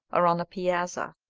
or on the piazza,